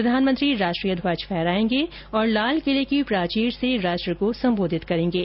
प्रधानमंत्री राष्ट्रीय ध्वज फहराएंगे और लाल किले की प्राचीर से राष्ट्र को सम्बोधित करेंगे